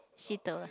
Sitoh